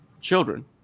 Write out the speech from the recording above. children